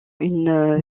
une